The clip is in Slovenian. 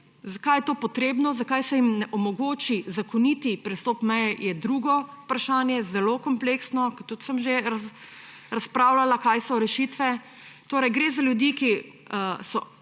Zakaj je to potrebno, zakaj se jim ne omogoči zakoniti pristop meje, je drugo vprašanje, zelo kompleksno, glede katerega sem tudi že razpravljala, kaj so rešitve. Torej gre za ljudi, ki so